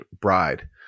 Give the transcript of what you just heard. bride